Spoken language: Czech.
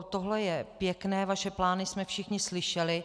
Tohle je pěkné, vaše plány jsme všichni slyšeli.